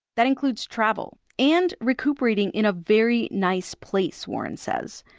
that includes travel. and recuperating in a very nice place, warren says.